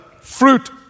fruit